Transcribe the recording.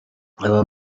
aba